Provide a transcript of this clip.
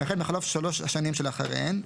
וכן בחלוף שלוש השנים שלאחריהן,